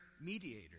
mediator